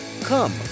Come